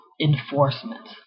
enforcement